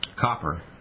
copper